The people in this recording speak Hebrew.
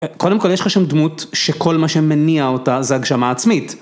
קודם כל יש לך שם דמות שכל מה שמניע אותה זה הגשמה עצמית.